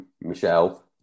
Michelle